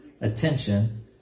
attention